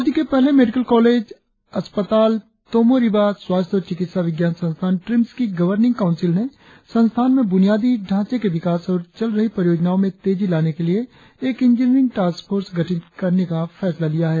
राज्य के पहले मेडिकल कॉलेज अस्पताल तोमो रिबा स्वास्थ्य और चिकित्सा विज्ञान संस्थान ट्रिम्स की गवर्निंग काउंसिल ने संस्थान में बुनियादी ढांचे के विकास और चल रही परियोजनाओं में तेजी लाने के लिए एक इंजीनियरिंग टास्क फोर्स गठित करने का फैसला लिया है